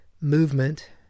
movement